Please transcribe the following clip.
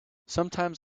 sometimes